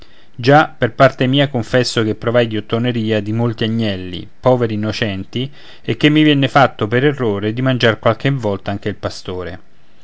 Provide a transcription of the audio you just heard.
già per parte mia confesso che provai ghiottoneria di molti agnelli poveri innocenti e che mi venne fatto per errore di mangiar qualche volta anche il pastore